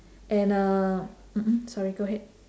and uh mmhmm sorry go ahead